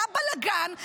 היה בלגן,